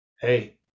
hey